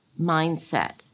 mindset